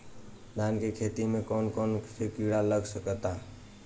धान के खेती में कौन कौन से किड़ा लग सकता?